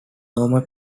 normal